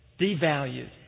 devalued